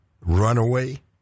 Runaway